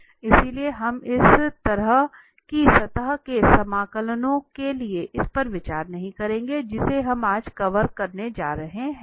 इसलिए हम इस तरह की सतह के समाकलनों के लिए इस पर विचार नहीं करेंगे जिसे हम आज कवर करने जा रहे हैं